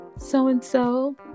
so-and-so